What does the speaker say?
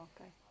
okay